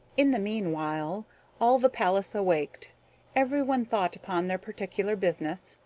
in the meanwhile all the palace awaked everyone thought upon their particular business,